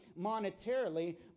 monetarily